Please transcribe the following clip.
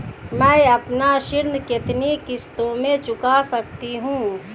मैं अपना ऋण कितनी किश्तों में चुका सकती हूँ?